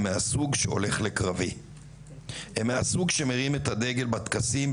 הם מהסוג שהולך לקרבי / הם מהסוג שמרים את הדגל בטקסים,